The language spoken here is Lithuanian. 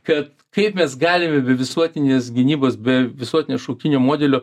kad kaip mes galime be visuotinės gynybos be visuotinės šauktinių modelio